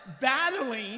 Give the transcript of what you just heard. Battling